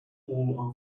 all